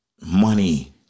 money